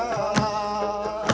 oh